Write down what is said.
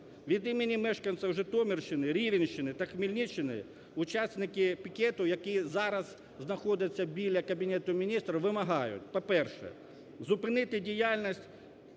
Від імені мешканців Житомирщини, Рівенщини та Хмельниччини учасники пікету, які зараз знаходяться біля Кабінету Міністрів вимагають: по-перше, зупинити діяльність